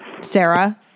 Sarah